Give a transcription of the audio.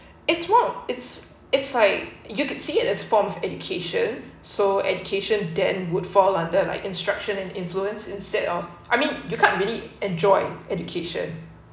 it's wron~ it's it's like I you could see it as formed education so education than would fall under like the instruction and influence instead of I mean you can't really enjoy education